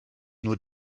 nur